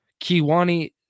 Kiwani